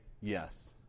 yes